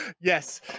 Yes